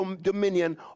dominion